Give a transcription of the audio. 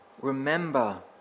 Remember